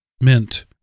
mint